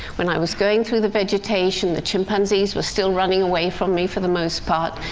when i was going through the vegetation, the chimpanzees were still running away from me, for the most part,